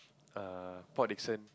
err Port Dickson